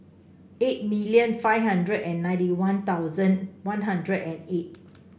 eight million five hundred and ninety One Thousand One Hundred and eight